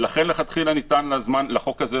ולכן לכתחילה לחוק הזה,